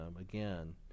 again